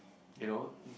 you know